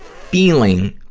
feeling,